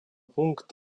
пункт